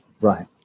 Right